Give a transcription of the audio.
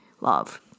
love